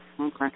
Okay